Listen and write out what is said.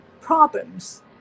problems